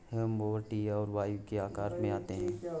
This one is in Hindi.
हेज मोवर टी और वाई के आकार में आते हैं